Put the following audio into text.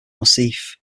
massif